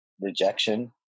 rejection